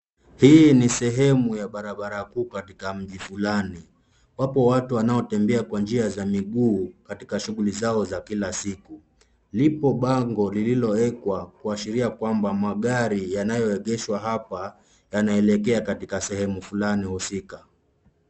Hii ni sehemu ya barabara kuu katika mji fulani. Wapo watu wanaotembea kwa njia za miguu katika shughuli zao za kila siku. Lipo bango lililowekwa kuashiria kwamba magari yanayoegeshwa hapa yanaelekea katika sehemu fulani husika.